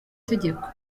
tegeko